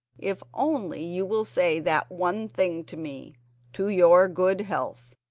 if only you will say that one thing to me to your good health.